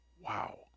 Wow